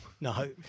No